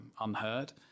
unheard